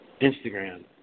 Instagram